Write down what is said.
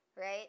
right